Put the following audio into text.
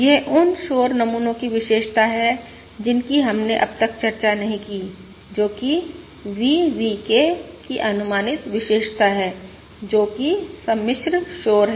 यह उन शोर नमूनों की विशेषता है जिनकी हमने अब तक चर्चा नहीं की है जो कि V V K की अनुमानित विशेषता है जो कि सम्मिश्र शोर है